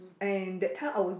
and that time I was